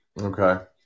Okay